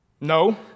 No